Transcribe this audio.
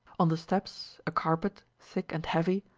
on the steps, a carpet, thick and heavy,